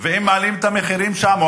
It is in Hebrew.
ואם מעלים את המחירים שם,